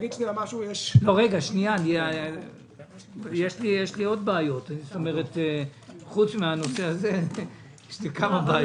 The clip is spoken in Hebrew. יש לי עוד בעיות פרט לנושא הזה, יש לי כמה בעיות.